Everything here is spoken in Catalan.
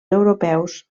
europeus